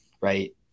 right